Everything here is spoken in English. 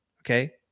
Okay